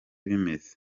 bimeze